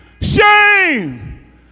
shame